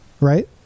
right